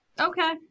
Okay